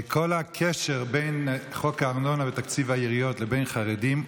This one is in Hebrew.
כל קשר בין חוק הארנונה ותקציב העיריות לבין חרדים הוא,